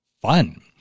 fun